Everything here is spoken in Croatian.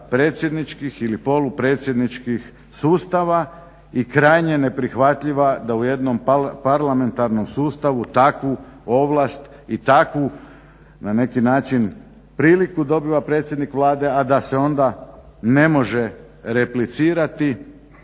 predsjedničkih ili polupredsjedničkih sustava i krajnje neprihvatljiva da u jednom parlamentarnom sustavu takvu ovlast i takvu na neki način priliku dobiva predsjednik Vlade, a da se onda ne može replicirati